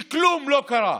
שכלום לא קרה.